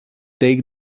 take